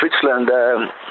Switzerland